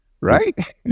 right